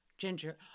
Ginger